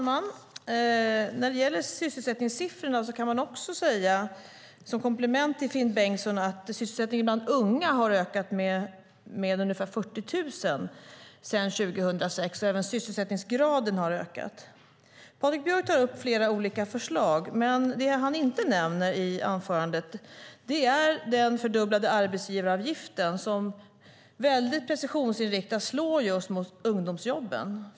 Herr talman! Jag kan komplettera vad Finn Bengtsson sade i fråga om sysselsättningssiffrorna, nämligen att sysselsättningen bland unga har ökat med ungefär 40 000 sedan 2006. Även sysselsättningsgraden har ökat. Patrik Björck tar upp flera olika förslag, men det han inte nämner i anförandet är den fördubblade arbetsgivaravgiften som precisionsinriktat slår mot ungdomsjobben.